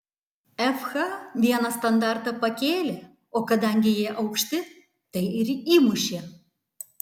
fh vieną standartą pakėlė o kadangi jie aukšti tai ir įmušė